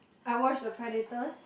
I watch the Predators